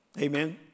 Amen